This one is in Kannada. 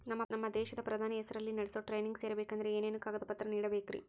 ನಮ್ಮ ದೇಶದ ಪ್ರಧಾನಿ ಹೆಸರಲ್ಲಿ ನಡೆಸೋ ಟ್ರೈನಿಂಗ್ ಸೇರಬೇಕಂದರೆ ಏನೇನು ಕಾಗದ ಪತ್ರ ನೇಡಬೇಕ್ರಿ?